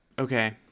Okay